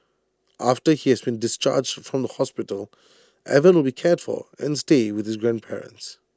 after he has been discharged from the hospital Evan will be cared for and stay with his grandparents